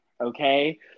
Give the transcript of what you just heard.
Okay